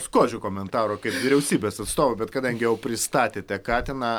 skuodžio komentaro kaip vyriausybės atstovo bet kadangi jau pristatėte katiną